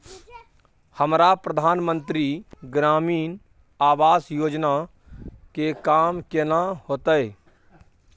हमरा प्रधानमंत्री ग्रामीण आवास योजना के काम केना होतय?